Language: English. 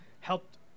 helped